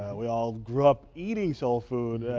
we all grew up eating soul food.